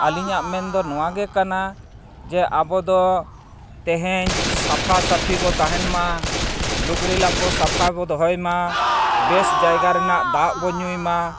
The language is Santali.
ᱟᱹᱞᱤᱧᱟᱜ ᱢᱮᱱᱫᱚ ᱱᱚᱣᱟᱜᱮ ᱠᱟᱱᱟ ᱟᱵᱚᱫᱚ ᱛᱮᱦᱮᱧ ᱥᱟᱯᱷᱟ ᱥᱟᱹᱯᱷᱤ ᱵᱚᱱ ᱛᱟᱦᱮᱱᱼᱢᱟ ᱞᱩᱜᱽᱲᱤ ᱞᱟᱯᱚ ᱥᱟᱯᱷᱟ ᱵᱚᱱ ᱫᱚᱦᱚᱭᱼᱢᱟ ᱟᱨ ᱵᱮᱥ ᱡᱟᱭᱜᱟ ᱨᱮᱱᱟᱜ ᱫᱟᱜ ᱵᱚᱱ ᱧᱩᱭᱼᱢᱟ